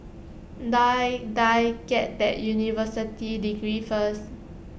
Die Die get that university degree first